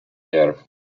year